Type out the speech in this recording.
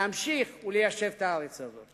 להמשיך וליישב את הארץ הזאת.